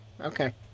Okay